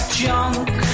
junk